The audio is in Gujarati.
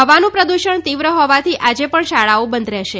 હવાનું પ્રદૂષણ તીવ્ર હોવાથી આજે પણ શાળાઓ બંધ રહેશે